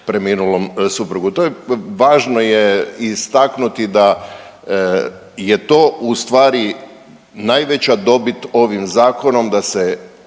preminulom suprugu. To je, važno je istaknuti da je to ustvari najveća dobit ovim zakonom da se